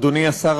אדוני השר,